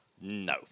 No